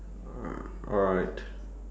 uh alright